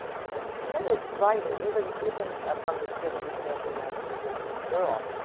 but she was a committed writer, even even ah from the beginning, even as a young a young girl.